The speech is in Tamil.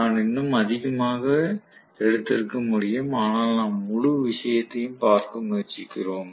நான் இன்னும் அதிகமாக எடுத்திருக்க முடியும் ஆனால் நாம் முழு விஷயத்தையும் பார்க்க முயற்சிக்கிறோம்